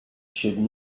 should